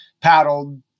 paddled